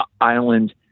island